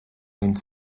wind